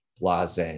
blase